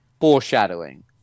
foreshadowing